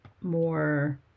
more